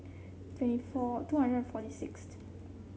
twenty four two hundred and forty sixth